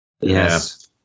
Yes